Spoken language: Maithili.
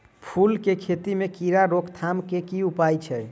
फूल केँ खेती मे कीड़ा रोकथाम केँ की उपाय छै?